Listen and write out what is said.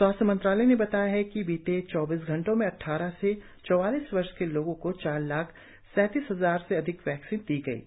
स्वास्थ्य मंत्रालय ने बताया है कि बीते चौबीस घंटों में अट्ठारह से चौवालीस वर्ष के लोगों को चार लाख सैतीस हजार से अधिक वैक्सीन दी गई हैं